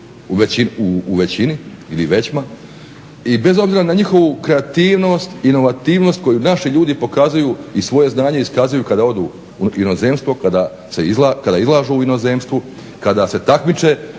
u većini ili većma i bez obzira na njihovu kreativnost, inovativnost koju naši ljudi pokazuju i svoje znanje iskazuju kada odu u inozemstvo kada izlažu u inozemstvu, kada se takmiče